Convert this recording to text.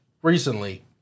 Recently